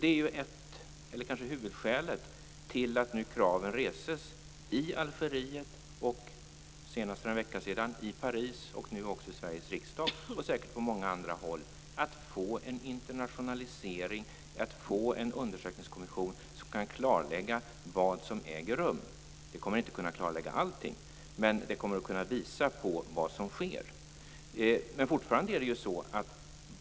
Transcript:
Det är kanske huvudskälet till att kraven nu reses i Algeriet och, senast för en vecka sedan, i Paris samt nu också i Sveriges riksdag, liksom säkert på många andra håll, på att få en internationalisering och en undersökningskommission som kan klarlägga vad som äger rum. Det kommer inte att kunna klarlägga allting, men det kommer att kunna visa på vad som sker.